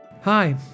Hi